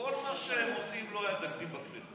כל מה שהם עושים לא היה לו תקדים בכנסת.